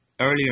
earlier